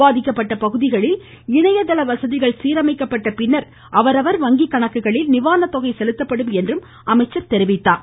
பாதிக்கப்பட்ட பகுதிகளில் இணையதள வசதிகள் சீரமைக்கப்பட்ட பின்னர் அவரவர் வங்கி கணக்கில் நிவாரண தொகை செலுத்தப்படும் என்றார்